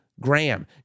Graham